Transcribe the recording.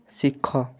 ଶିଖ